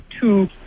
two